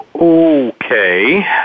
Okay